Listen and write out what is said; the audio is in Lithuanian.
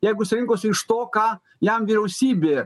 jeigu jis rinkosi iš to ką jam vyriausybė